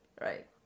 Right